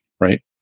right